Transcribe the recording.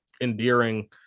endearing